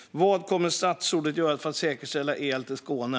Vad kommer statsrådet att göra för att säkerställa el till Skåne?